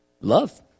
Love